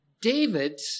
David